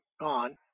gone